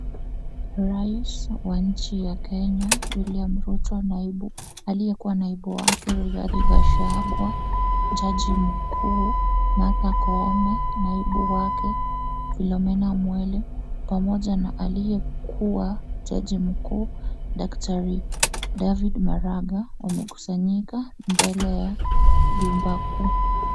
Rais wa nchi ya Kenya William Ruto naibu aliyekuwa naibu wake Rigathi Gachagua, jaji mkuu Martha Koome, naibu wake Philomena Mwilu, pamoja na aliyekuwa jaji mkuu Daktari David Maraga wamekusanyika mbele ya jumba kuu.